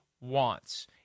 wants